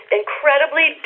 incredibly